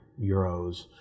euros